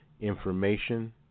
information